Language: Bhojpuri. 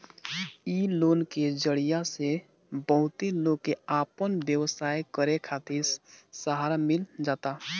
इ लोन के जरिया से बहुते लोग के आपन व्यवसाय करे खातिर सहारा मिल जाता